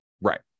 right